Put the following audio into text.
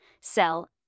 sell